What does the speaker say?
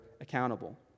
accountable